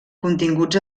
continguts